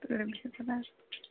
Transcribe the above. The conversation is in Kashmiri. تُلِو بِہِو